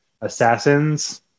Assassins